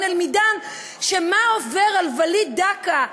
"אל-מידאן" על מה שעובר על וליד דאקה,